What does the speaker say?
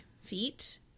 feet